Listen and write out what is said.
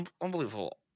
unbelievable